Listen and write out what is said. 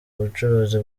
ubucuruzi